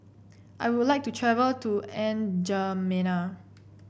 I would like to travel to N Djamena